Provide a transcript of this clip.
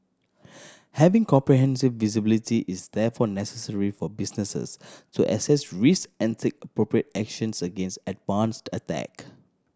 having comprehensive visibility is therefore necessary for businesses to assess risk and take appropriate actions against advanced attack